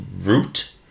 root